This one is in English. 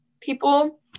people